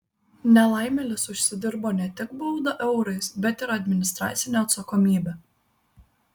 nelaimėlis užsidirbo ne tik baudą eurais bet ir administracinę atsakomybę